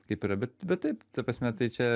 kaip yra bet bet taip ta prasme tai čia